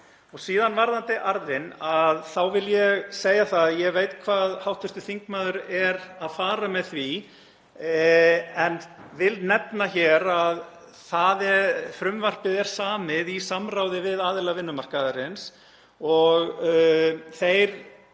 ég segja varðandi arðinn að ég veit hvað hv. þingmaður er að fara með því en vil nefna hér að frumvarpið er samið í samráði við aðila vinnumarkaðarins og þeir